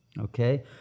Okay